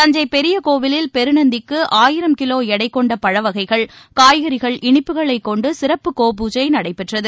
தஞ்சை பெரிய கோவிலில் பெருநந்திக்கு ஆயிரம் கிலோ எடை கொண்ட பழவகைகள் காற்கறிகள் இனிப்புகளைச் கொண்டு சிறப்பு கோ பூஜை நடைபெற்றது